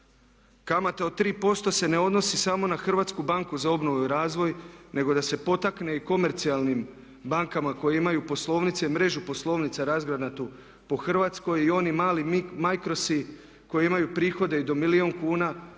od 3% se ne odnosi samo na HBOR nego da se potakne i komercijalnim bankama koje imaju poslovnice i mrežu poslovnica razgranatu po Hrvatskoj i oni mali mikrosi koji imaju prihode i do milijun kuna